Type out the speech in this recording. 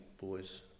boys